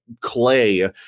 clay